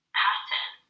pattern